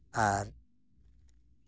ᱟᱨ